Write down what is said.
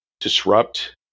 disrupt